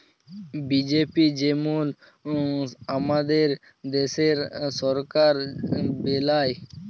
BJP যেমল আমাদের দ্যাশের সরকার বেলায়